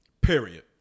Period